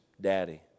Daddy